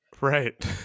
Right